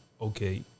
okay